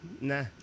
nah